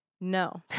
No